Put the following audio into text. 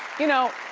you know,